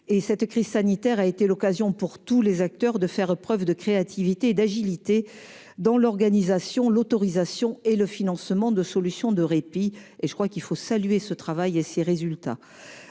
la crise sanitaire a été l'occasion pour tous les acteurs de faire preuve de créativité et d'agilité dans l'organisation, l'autorisation et le financement de solutions de répit. Il faut saluer ce travail et ces résultats.